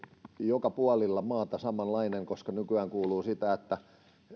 joka puolella maata samanlainen koska nykyään kuuluu sitä että